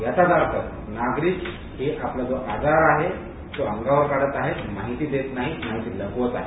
याचाच अर्थ नागरिक आपल्याला जे आजार आहे तो अंगावर काढत आहेत माहिती देत नाहीत माहिती लपवत आहेत